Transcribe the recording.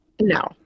No